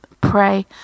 pray